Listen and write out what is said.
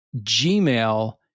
Gmail